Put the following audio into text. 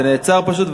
זה נעצר פשוט,